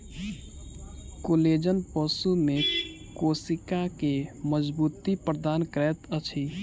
collagen पशु में कोशिका के मज़बूती प्रदान करैत अछि